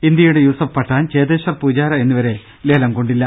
ഇന്ത്യയുടെ യൂസഫ് പത്താൻ ചേതേശ്വർ പൂജാര എന്നിവരെ ലേലം കൊണ്ടില്ല